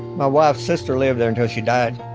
my wife's sister lived there until she died.